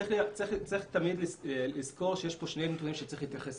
צריך תמיד לזכור שיש פה שני נתונים שצריך להתייחס